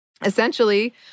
Essentially